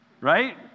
Right